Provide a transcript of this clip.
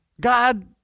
God